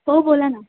हो बोला ना